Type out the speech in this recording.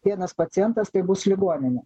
vienas pacientas tai bus ligoninė